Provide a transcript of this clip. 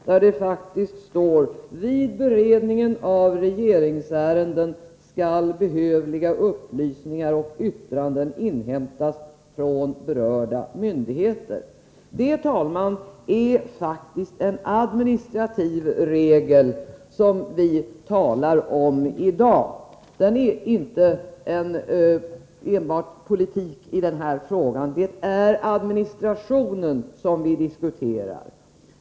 Där står: ”Vid beredningen av regeringsärenden skall behövliga upplysningar och yttranden inhämtas från berörda myndigheter.” Det är, herr talman, faktiskt en administrativ regel vi talar om i dag. Det är inte enbart politik i den här frågan. Det är administrationen vi diskuterar.